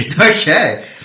Okay